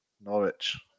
Norwich